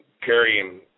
carrying